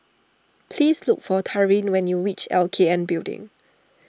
please look for Taryn when you reach L K N Building